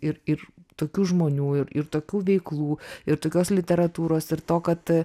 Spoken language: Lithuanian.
ir ir tokių žmonių ir ir tokių veiklų ir tokios literatūros ir to kad